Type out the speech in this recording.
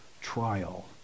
trial